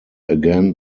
again